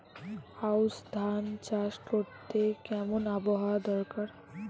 আউশ ধান চাষ করতে কেমন আবহাওয়া দরকার?